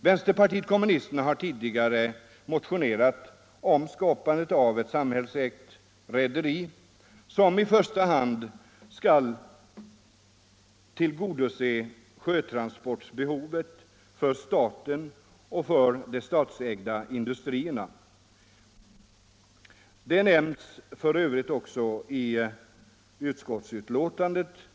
Vänsterpartiet kommunisterna har tidigare motionerat om skapandet av ett samhällsägt rederi, som i första hand skulle tillgodose sjötransportbehovet för staten och de statsägda industrierna. Det nämns också i utskottsbetänkandet.